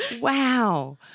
Wow